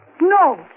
No